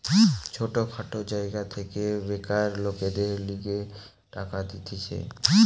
ছোট খাটো জায়গা থেকে বেকার লোকদের লিগে টাকা দিতেছে